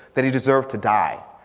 that he deserved to die.